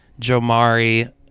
Jomari